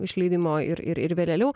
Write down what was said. išleidimo ir ir ir vėlėliau